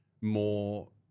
more